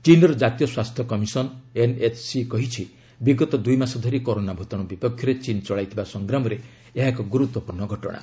ଚୀନ୍ର ଜାତୀୟ ସ୍ୱାସ୍ଥ୍ୟ କମିଶନ୍ ଏନ୍ଏଚ୍ସି କହିଛି ବିଗତ ଦୁଇ ମାସ ଧରି କରୋନା ଭୂତାଣୁ ବିପକ୍ଷରେ ଚୀନ୍ ଚଳାଇଥିବା ସଂଗ୍ରାମରେ ଏହା ଏକ ଗୁରୁତ୍ୱପୂର୍ଣ୍ଣ ଘଟଣା